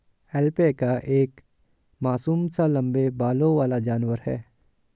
alpaca एक मासूम सा लम्बे बालों वाला जानवर है